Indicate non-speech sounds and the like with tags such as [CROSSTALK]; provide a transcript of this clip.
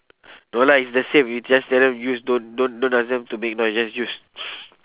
no lah it's the same you just tell them use don't don't don't ask them to make noise just use [NOISE]